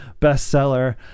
bestseller